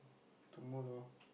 tomorrow